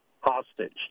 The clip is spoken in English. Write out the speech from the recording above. hostage